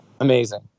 Amazing